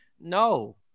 No